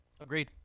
agreed